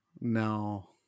No